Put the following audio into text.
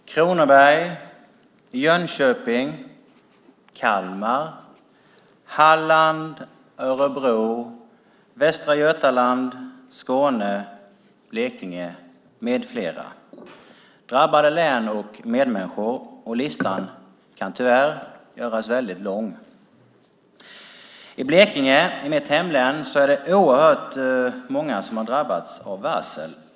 Herr talman! Kronoberg, Jönköping, Kalmar, Halland, Örebro, Västra Götaland, Skåne, Blekinge med flera - det är drabbade län, och listan kan tyvärr göras väldigt lång. I mitt hemlän Blekinge är det oerhört många som har drabbats av varsel.